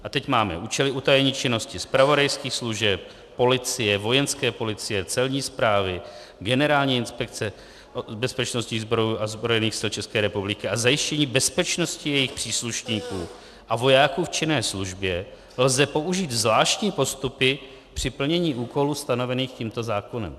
A teď máme účely utajení činnosti zpravodajských služeb, policie, vojenské policie, celní správy, Generální inspekce bezpečnostních sborů a ozbrojených sil České republiky a zajištění bezpečnosti jejich příslušníků a vojáků v činné službě lze použít zvláštní postupy při plnění úkolů stanovených tímto zákonem.